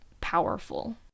powerful